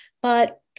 but-